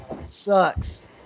Sucks